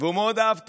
והוא מאוד אהב תות,